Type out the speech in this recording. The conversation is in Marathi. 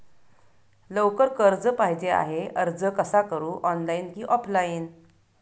लवकर कर्ज पाहिजे आहे अर्ज कसा करु ऑनलाइन कि ऑफलाइन?